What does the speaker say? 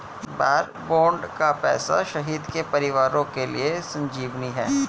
वार bond का पैसा शहीद के परिवारों के लिए संजीवनी है